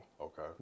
Okay